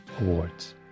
awards